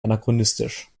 anachronistisch